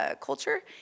culture